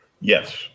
Yes